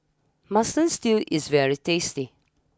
Mutton Stew is very tasty